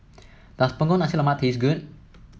does Punggol Nasi Lemak taste good